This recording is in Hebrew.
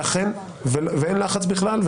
אין לחץ בכלל.